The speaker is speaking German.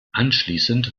anschließend